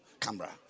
camera